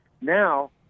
Now